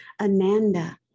ananda